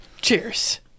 Cheers